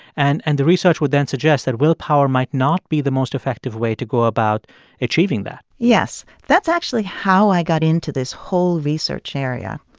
and and the research would then suggest that willpower might not be the most effective way to go about achieving that yes. that's actually how i got into this whole research area.